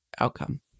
outcome